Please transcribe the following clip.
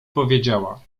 powiedziała